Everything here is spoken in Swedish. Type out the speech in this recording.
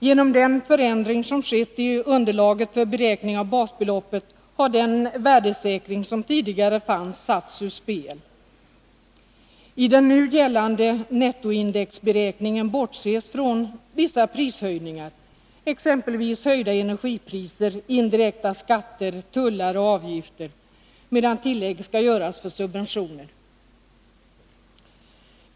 Genom den förändring som skett i underlaget för beräkning av basbeloppet har den värdesäkring som tidigare fanns satts ur spel. I den nu gällande nettoindexberäkningen bortses från vissa prishöjningar, exempelvis höjda energipriser, indirekta skatter, tullar och avgifter, medan tillägg skall göras för subventioner.